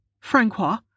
Francois